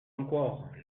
encore